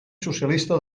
socialista